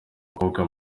bakobwa